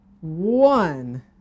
One